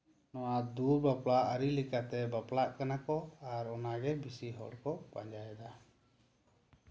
ᱱᱚᱶᱟ ᱫᱩᱣᱟᱹᱨ ᱵᱟᱯᱞᱟ ᱟᱹᱨᱤ ᱞᱮᱠᱟᱛᱮ ᱵᱟᱯᱞᱟᱜ ᱠᱟᱱᱟ ᱠᱚ ᱟᱨ ᱚᱱᱟᱜᱮ ᱵᱮᱥᱤ ᱦᱚᱲᱠᱚ ᱯᱟᱸᱡᱟᱭᱮᱫᱟ